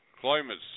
climate